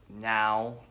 now